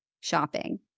shopping